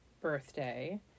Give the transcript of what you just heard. birthday